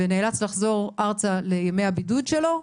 ונאלץ לחזור ארצה לימי הבידוד שלו,